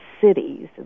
cities